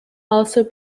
also